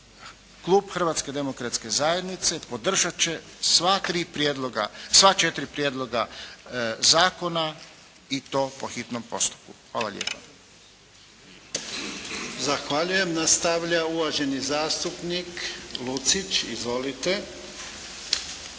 Klub Hrvatske demokratske zajednice podržati će sva tri prijedloga, sva četiri prijedloga zakona i to po hitnom postupku. Hvala lijepa. **Jarnjak, Ivan (HDZ)** Zahvaljujem. Nastavlja uvaženi zastupnik Lucić. Izvolite.